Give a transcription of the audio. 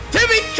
Timmy